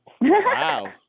Wow